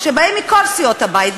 שבאים מכל סיעות הבית,